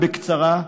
ובקצרה,